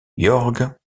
jorge